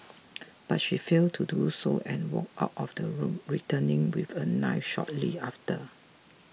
but she failed to do so and walked out of the room returning with a knife shortly after